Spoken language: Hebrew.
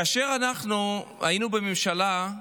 כאשר אנחנו היינו בממשלה,